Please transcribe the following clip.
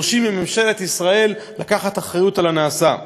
מממשלת ישראל לקחת אחריות לנעשה.